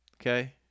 Okay